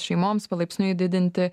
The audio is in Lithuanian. šeimoms palaipsniui didinti